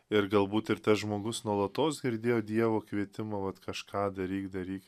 ir galbūt ir tas žmogus nuolatos girdėjo dievo kvietimą vat kažką daryk daryk